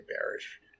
bearish